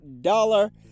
dollar